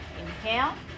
inhale